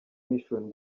mission